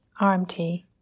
RMT